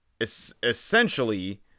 essentially